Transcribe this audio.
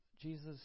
Jesus